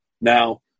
Now